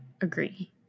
Agree